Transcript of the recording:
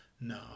no